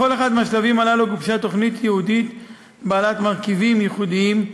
לכל אחד מהשלבים הללו גובשה תוכנית ייעודית בעלת מרכיבים ייחודיים,